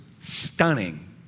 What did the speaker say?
stunning